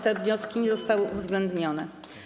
Te wnioski nie zostały uwzględnione.